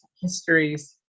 histories